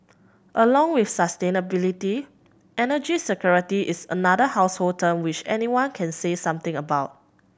along with sustainability energy security is another household term which anyone can say something about